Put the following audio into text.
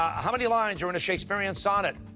ah how many lines are in a shakespearean sonnet?